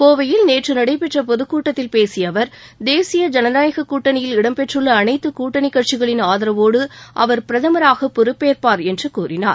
கோவையில் நேற்று நடைபெற்ற பொதுக் கூட்டத்தில் பேசிய அவர் தேசிய ஜனநாயகக் கூட்டணியில் இடம் பெற்றுள்ள அனைத்து கூட்டணி கட்சிகளின் ஆதரவோடு அவர் பிரதமராக பொறுப்பேற்பார் என்று கூறினார்